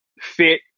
fit